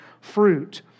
fruit